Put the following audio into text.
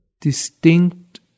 distinct